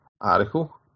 article